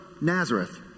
Nazareth